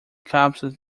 cápsulas